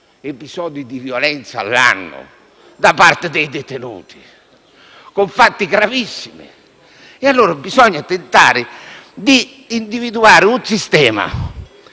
episodi di violenza all'anno da parte dei detenuti, con fatti gravissimi. Pertanto, bisogna tentare di individuare un sistema.